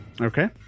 Okay